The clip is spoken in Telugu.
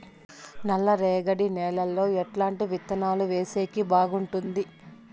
నల్లరేగడి నేలలో ఎట్లాంటి విత్తనాలు వేసేకి బాగుంటుంది?